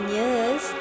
years